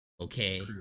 Okay